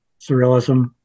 surrealism